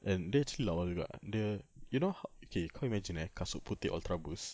and dia actually lawa juga the you know ho~ okay kau imagine eh kasut putih ultraboost